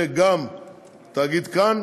יעלו גם תאגיד כאן